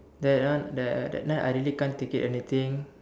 that one that that night I really can't take it anything